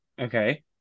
Okay